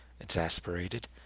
exasperated